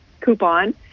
coupon